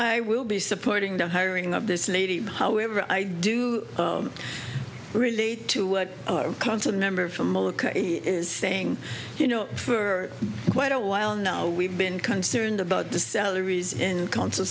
i will be supporting the hiring of this lady however i do relate to what council member from ok is saying you know for quite a while now we've been concerned about the salaries and co